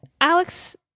Alex